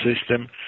system